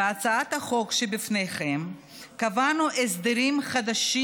בהצעת החוק שלפניכם קבענו הסדרים חדשים